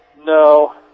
No